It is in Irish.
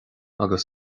agus